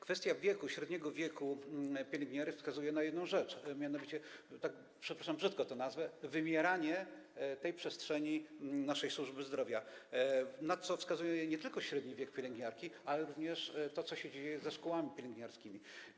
Kwestia średniego wieku pielęgniarek wskazuje na jedną rzecz, a mianowicie - przepraszam, że tak brzydko to nazwę - wymieranie tej przestrzeni naszej służby zdrowia, na co wskazuje nie tylko średni wiek pielęgniarek, ale również to, co dzieje się ze szkołami pielęgniarskimi.